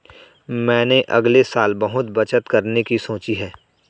मैंने अगले साल बहुत बचत करने की सोची है